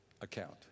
account